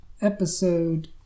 Episode